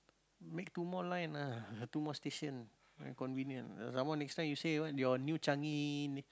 make two more line ah two more station convenient some more next time you say what your new Changi